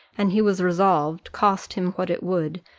and he was resolved, cost him what it would,